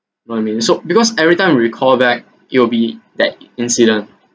Loy-Min-Shuk because every time recall back it will be that incident